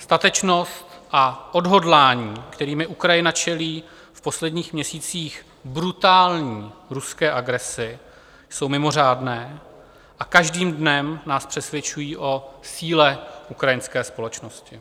Statečnost a odhodlání, kterými Ukrajina čelí v posledních měsících brutální ruské agresi, jsou mimořádné a každým dnem nás přesvědčují o síle ukrajinské společnosti.